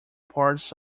parts